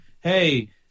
hey